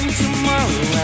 tomorrow